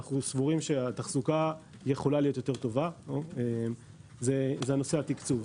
סבורים שהתחזוקה יכולה להיות טובה יותר זה נושא התקצוב.